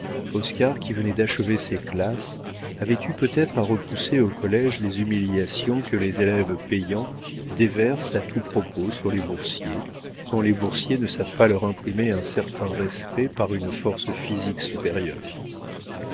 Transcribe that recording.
oscar qui venait d'achever ses classes avait eu peut-être à repousser au collége les humiliations que les élèves payants déversent à tout propos sur les boursiers quand les boursiers ne savent pas leur imprimer un certain respect par une force physique supérieure